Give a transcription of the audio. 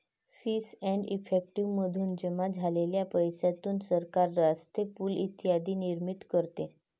fees and effective मधून जमा झालेल्या पैशातून सरकार रस्ते, पूल इत्यादींची निर्मिती करते